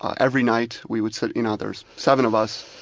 every night we would so you know there's seven of us,